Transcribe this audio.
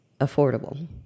affordable